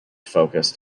focused